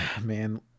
Man